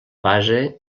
base